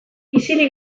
isilik